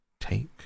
take